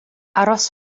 aros